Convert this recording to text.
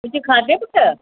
कुझु खाधई पुटु